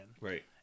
Right